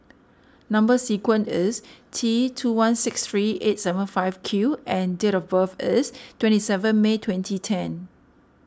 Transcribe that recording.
Number Sequence is T two one six three eight seven five Q and date of birth is twenty seven May twenty ten